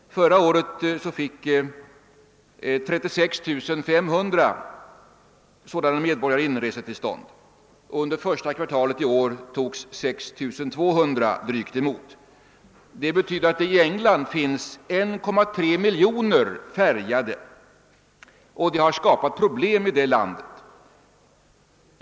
Förra året fick 36 500 sådana medborgare inresetillstånd, och under första kvartalet i år togs drygt 6 200 emot. Det betyder att det i England finns 1,3 miljoner färgade, och det har skapat problem i det landet.